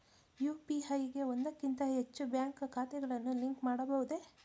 UPI ಗೆ ಒಂದಕ್ಕಿಂತ ಹೆಚ್ಚು ಬ್ಯಾಂಕ್ ಖಾತೆಗಳನ್ನು ಲಿಂಕ್ ಮಾಡಬಹುದೇ?